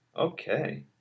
Okay